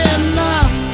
enough